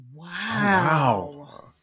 Wow